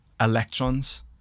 electrons